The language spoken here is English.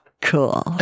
Cool